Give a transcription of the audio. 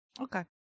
Okay